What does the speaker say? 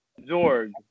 Zorg